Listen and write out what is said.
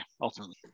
ultimately